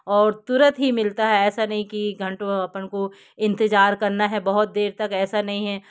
और तुरंत ही मिलता है ऐसा नहीं कि घंटों अपन को इंतज़ार करना है बहुत देर तक ऐसा नहीं है